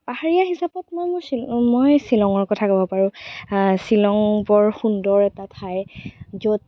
পাহাৰীয়া হিচাপত মই শ্বিলঙৰ কথা ক'ব পাৰোঁ শ্বিলং বৰ সুন্দৰ এটা ঠাই য'ত